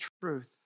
truth